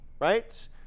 right